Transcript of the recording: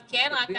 כאן.